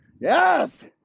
yes